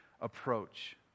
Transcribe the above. approach